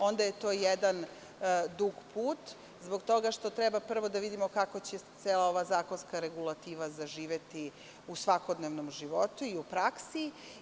To je jedan dug put zbog toga što treba prvo da vidimo kako će cela ova zakonska regulativa zaživeti u svakodnevnom životu i u praksi.